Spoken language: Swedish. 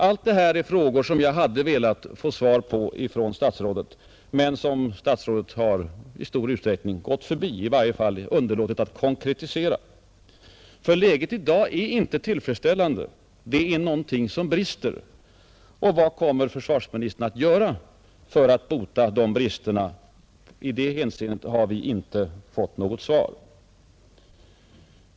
— Allt detta är frågor som jag hade velat få svar på från statsrådet, men som statsrådet i stor utsträckning har gått förbi eller i varje fall underlåtit att konkretisera. Läget i dag är inte tillfredsställande. Det är någonting som brister — och vad kommer försvarsministern att göra för att bota de bristerna? I det hänseendet har vi inte fått något svar.